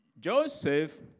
Joseph